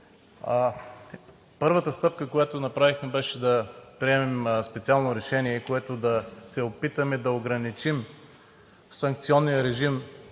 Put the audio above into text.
Първата стъпка, която направихме, беше да приемем специално решение, с което да се опитаме да ограничим санкционния режим